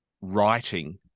writing